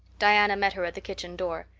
diana met her at the kitchen door.